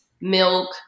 milk